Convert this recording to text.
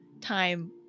time